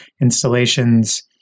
installations